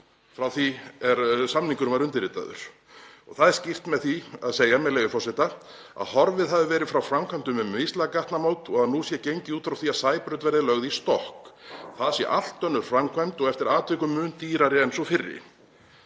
frá því að samningurinn var undirritaður. Það er skýrt með því að segja að horfið hafi verið frá framkvæmdum um mislæg gatnamót og að nú sé gengið út frá því að Sæbraut verði lögð í stokk, það sé allt önnur framkvæmd og eftir atvikum mun dýrari en sú fyrri.